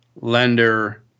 lender